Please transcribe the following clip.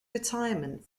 retirement